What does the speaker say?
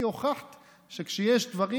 כי הוכחת שכשיש דברים,